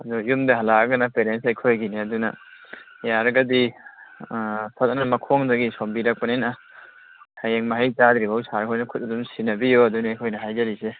ꯑꯗꯨ ꯌꯨꯝꯗ ꯍꯜꯂꯛꯑꯒꯅ ꯄꯦꯔꯦꯟꯁ ꯑꯩꯈꯣꯏꯒꯤꯅꯤ ꯑꯗꯨꯅ ꯌꯥꯔꯒꯗꯤ ꯑꯥ ꯐꯖꯅ ꯃꯈꯣꯡꯗꯒꯤ ꯁꯣꯝꯕꯤꯔꯛꯄꯅꯤꯅ ꯍꯌꯦꯡ ꯃꯍꯩ ꯆꯥꯗ꯭ꯔꯤ ꯐꯥꯎ ꯁꯥꯔ ꯍꯣꯏꯅ ꯈꯨꯠ ꯑꯗꯨꯝ ꯁꯤꯟꯅꯕꯤꯎ ꯑꯗꯨꯅꯤ ꯑꯩꯈꯣꯏꯅ ꯍꯥꯏꯖꯔꯤꯁꯦ